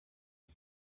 roi